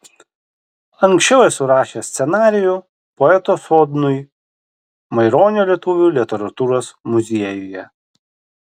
anksčiau esu rašęs scenarijų poeto sodnui maironio lietuvių literatūros muziejuje